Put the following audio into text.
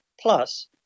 Plus